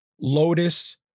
Lotus